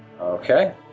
Okay